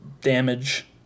damage